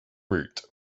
route